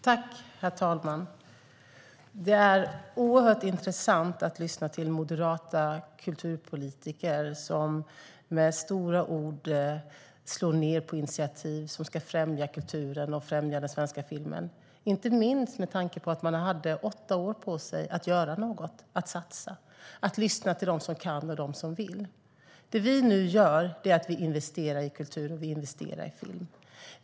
Herr talman! Det är oerhört intressant att lyssna på moderata kulturpolitiker som med stora ord slår ned på initiativ som ska främja kulturen och främja den svenska filmen, inte minst med tanke på att man hade åtta år på sig att göra något, att satsa, att lyssna på dem som kan och vill. Det vi nu gör är att investera i kultur och film.